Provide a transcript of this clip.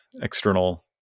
external